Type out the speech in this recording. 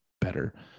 better